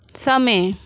समय